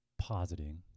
Positing